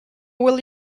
will